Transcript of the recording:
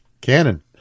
Cannon